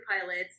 pilots